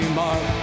mark